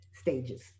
stages